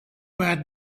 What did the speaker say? bad